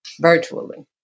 Virtually